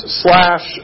slash